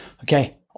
Okay